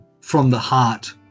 from-the-heart